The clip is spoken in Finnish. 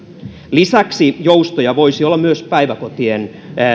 lisäksi joustoja voisi olla myös päiväkotien